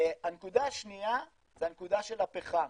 הנקודה השנייה זה הנקודה של הפחם.